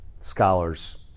scholars